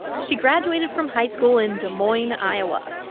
she graduated from high school in des moines, iowa.